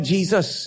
Jesus